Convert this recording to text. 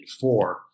four